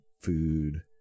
food